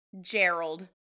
Gerald